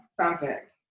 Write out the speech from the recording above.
topic